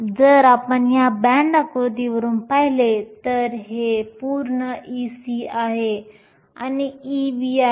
जर आपण या बँड आकृतीवरून पाहिले तर हे पूर्ण Ec आहे ही Ev आहे